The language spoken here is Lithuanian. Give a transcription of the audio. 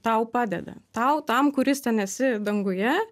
tau padeda tau tam kuris ten esi danguje